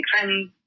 friends